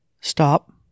Stop